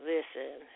Listen